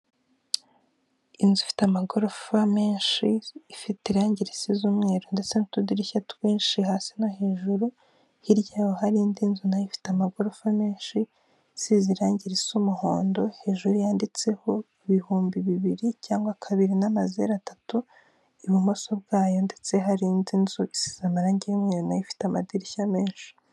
Inzu ifite amagorofa menshi ifite irangi risize umweru ndetse n'utudirishya twinshi hasi no hejuru hirya yaho hari indi nzu nayo ifite amagorofa menshi isize irangi risa umuhondo hejuru yanditseho ibihumbi bibiri cyangwa kabiri n'amazeru atatu ibumoso bwayo ndetse hari indi nzu isize amarangi y'umweru na yo ifite amadirishya menshi.